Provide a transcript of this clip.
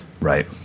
right